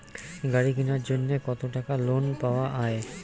গাড়ি কিনার জন্যে কতো টাকা লোন পাওয়া য়ায়?